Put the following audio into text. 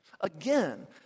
again